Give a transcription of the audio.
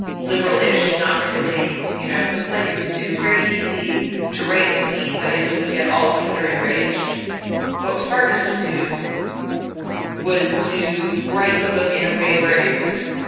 liberal ish. not really. you know, just like it was. it was very easy to write a scene that i knew would get all of twitter enraged what was harder to do was to write the book in a way where it was,